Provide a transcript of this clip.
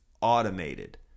automated